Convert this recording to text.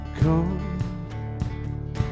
Come